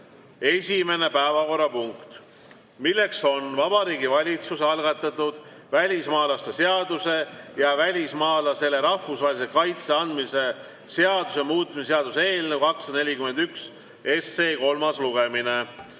esimene päevakorrapunkt, milleks on Vabariigi Valitsuse algatatud välismaalaste seaduse ja välismaalasele rahvusvahelise kaitse andmise seaduse muutmise seaduse eelnõu 241 kolmas lugemine.